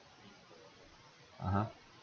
(uh huh)